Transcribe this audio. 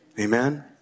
Amen